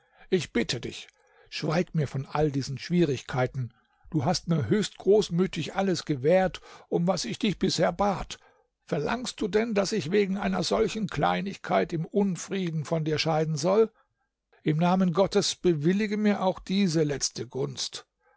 ich bitte dich schweig mir von all diesen schwierigkeiten du hast mir höchst großmütig alles gewährt um was ich dich bisher bat verlangst du denn daß ich wegen einer solchen kleinigkeit im unfrieden von dir scheiden soll im namen gottes bewillige mir auch diese letzte gunst